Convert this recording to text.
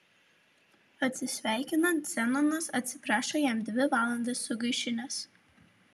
atsisveikinant zenonas atsiprašo jam dvi valandas sugaišinęs